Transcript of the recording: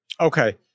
Okay